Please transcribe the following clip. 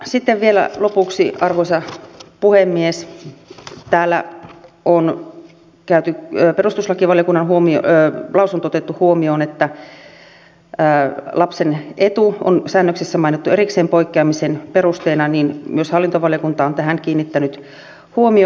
sitten vielä lopuksi arvoisa puhemies täällä on perustuslakivaliokunnan lausunto otettu huomioon siinä että lapsen etu on säännöksessä mainittu erikseen poikkeamisen perusteena myös hallintovaliokunta on tähän kiinnittänyt huomion